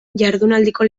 jardunaldiko